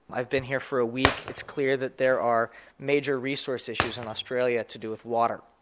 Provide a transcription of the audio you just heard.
i've been here for a week, it's clear that there are major resource issues in australia to do with water,